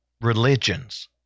religions